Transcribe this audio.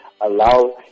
allow